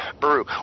Baru